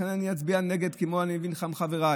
לכן אני אצביע נגד, וכמו שאני מבין גם חבריי.